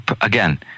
again